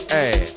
Hey